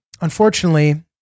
unfortunately